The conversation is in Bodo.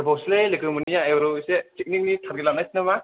गोबावसैलै लोगो मोनैया एबाराव एसे पिकनिकनि टारगेट लानायसै नामा